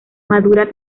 madura